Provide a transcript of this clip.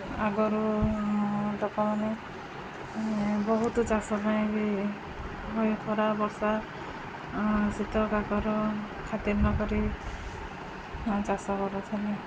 ଆଗରୁ ଲୋକମାନେ ବହୁତ ଚାଷ ପାଇଁ ବି ଏହି ଖରା ବର୍ଷା ଶୀତ କାକର ଖାତିର ନ କରି ଚାଷ କରୁଛନ୍ତି